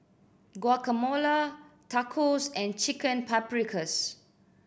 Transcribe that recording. Guacamole Tacos and Chicken Paprikas